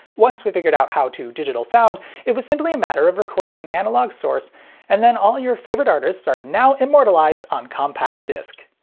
once we figured out how to digital sound it was simply a matter of recording an analog source and then all your favorite artists are now immortalized on compact disc!